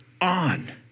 on